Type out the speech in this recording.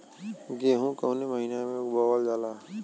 गेहूँ कवने महीना में बोवल जाला?